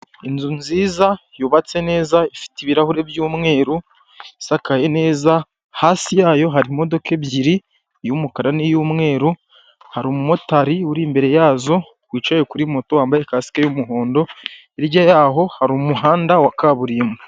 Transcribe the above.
Ni mu isoko ry'ibiribwa harimo abantu bagaragara ko bari kugurisha, ndabona imboga zitandukanye, inyuma yaho ndahabona ibindi bintu biri gucuruzwa ,ndahabona ikimeze nk'umutaka ,ndahabona hirya ibiti ndetse hirya yaho hari n'inyubako.